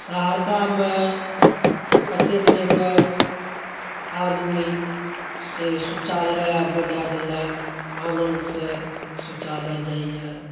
सहरसामे कतेक जगह आदमी शौचालय आब बनाए देलक आनन्दसँ शौचालय जाइए